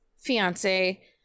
fiance